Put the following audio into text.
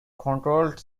controlled